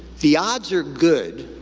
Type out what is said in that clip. the odds are good,